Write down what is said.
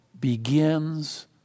begins